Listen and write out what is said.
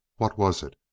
what was it?